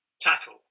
tackle